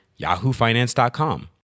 yahoofinance.com